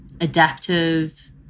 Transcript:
adaptive